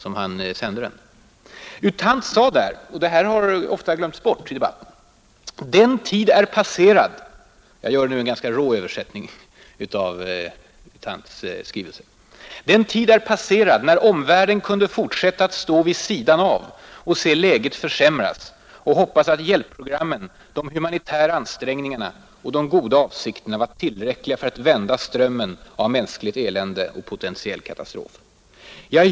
U Thant sade där, vilket ofta har glömts bort i debatten, bl.a. följande: ”——— den tid är passerad när omvärlden kunde fortsätta att stå vid sidan av och se läget försämras och hoppas att hjälpprogrammen, de humanitära ansträngningarna och de goda avsikterna var tillräckliga för att vända strömmen av mänskligt elände och potentiell katastrof.